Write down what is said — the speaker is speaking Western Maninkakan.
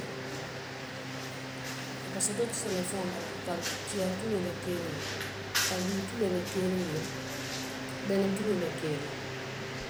A soto senfeŋo bala le kantu tiya tuloo be keeriŋ ne, kajuu tuloo be keeriŋ ne, bene tuloo be keeriŋ.